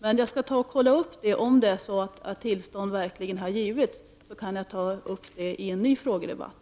Jag skall som sagt undersöka om det är så att tillstånd verkligen har givits, och sedan kan jag ta upp det i en ny frågedebatt.